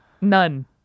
None